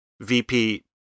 VP